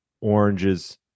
oranges